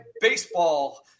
Baseball